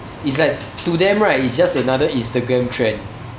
it's like to them right it's just another instagram trend